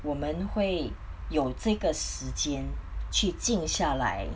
我们会用这个时间去静下来